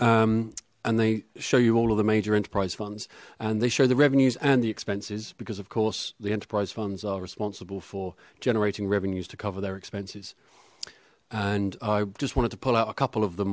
and they show you all of the major enterprise funds and they show the revenues and the expenses because of course the enterprise funds are responsible for generating revenues to cover their expenses and i just wanted to pull out a couple of the